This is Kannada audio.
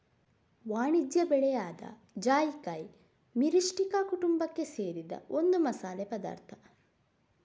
ವಾಣಿಜ್ಯ ಬೆಳೆ ಆದ ಜಾಯಿಕಾಯಿ ಮಿರಿಸ್ಟಿಕಾ ಕುಟುಂಬಕ್ಕೆ ಸೇರಿದ ಒಂದು ಮಸಾಲೆ ಪದಾರ್ಥ